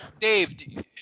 Dave